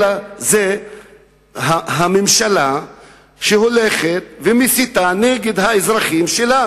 אלא זאת הממשלה שמסיתה נגד האזרחים שלה,